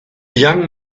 young